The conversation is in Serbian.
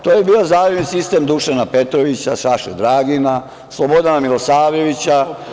To je bio zalivni sistem Dušana Petrovića, Saše Dragina, Slobodana Milosavljevića.